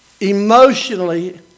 emotionally